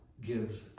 gives